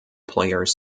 players